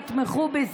הנמקה מהמקום.